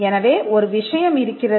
எனவே ஒரு விஷயம் இருக்கிறது